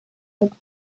looks